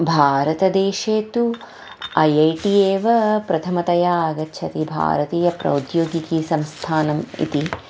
भारतदेशे तु I I T एव प्रथमतया आगच्छति भारतीयप्रौद्योगिकीसंस्थानम् इति